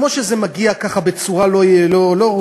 כמו שזה מגיע ככה בצורה לא ראויה,